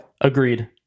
Agreed